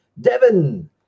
Devin